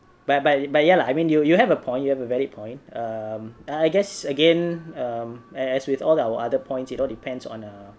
but but but ya lah I mean you you have a point you have a valid point um I guess again um and as with all our other points it all depends on err